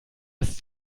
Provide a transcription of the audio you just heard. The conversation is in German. das